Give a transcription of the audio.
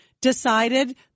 decided